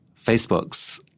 Facebook's